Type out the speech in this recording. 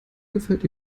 gefällt